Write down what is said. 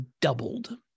doubled